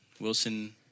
Wilson